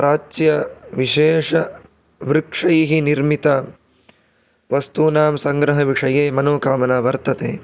प्राच्यविशेषवृक्षेभ्यः निर्मितवस्तूनां सङ्ग्रहविषये मनोकामना वर्तते